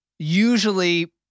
Usually